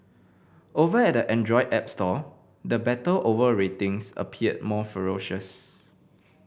over at the Android app store the battle over ratings appear more ferocious